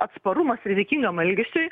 atsparumas rizikingam elgesiui